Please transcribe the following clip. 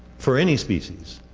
for any species,